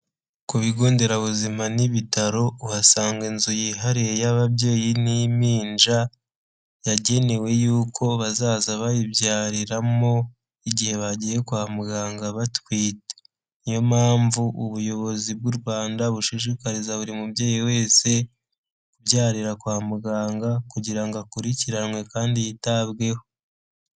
Ku bigo nderabuzima n'ibitaro uhasanga inzu yihariye y'ababyeyi n'imppinja yagenewe yuko bazajya bayibyariramo mu igihe bagiye kwa muganga batwi. niyo mpamvu ubuyobozi bw'Urwanda bushishikariza buri mubyeyi wese kubyarira kwa muganga kugira ngo akurikiranwe kandi yitabweho.